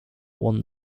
won